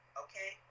okay